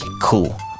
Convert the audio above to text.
cool